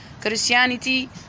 Christianity